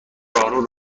راهرو